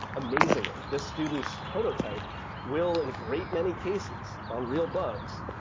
amazingly, the student's prototype will, in great many cases on real bugs,